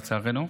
לצערנו.